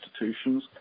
institutions